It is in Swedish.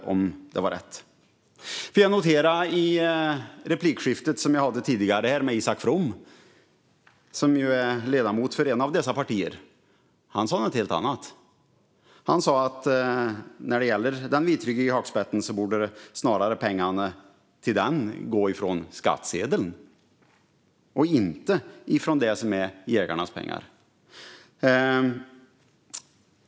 Var det rätt? Jag noterade i det replikskifte jag hade tidigare med Isak From, som ju är ledamot för ett av dessa partier, att han sa något helt annat. Han sa att när det gäller den vitryggiga hackspetten borde pengarna till den snarare gå från skattsedeln och inte från det som är jägarnas pengar.